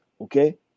Okay